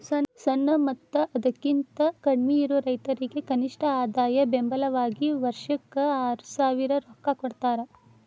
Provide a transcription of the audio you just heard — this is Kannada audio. ಸಣ್ಣ ಮತ್ತ ಅದಕಿಂತ ಕಡ್ಮಿಯಿರು ರೈತರಿಗೆ ಕನಿಷ್ಠ ಆದಾಯ ಬೆಂಬಲ ವಾಗಿ ವರ್ಷಕ್ಕ ಆರಸಾವಿರ ರೊಕ್ಕಾ ಕೊಡತಾರ